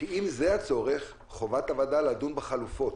כי אם זה הצורך חובת הוועדה לדון בחלופות.